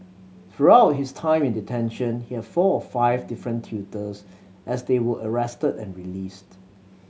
throughout his time in detention he had four or five different tutors as they were arrested and released